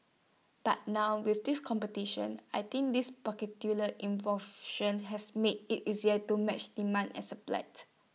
but now with this competition I think this particular has made IT easier to match demand and supplied